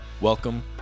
Welcome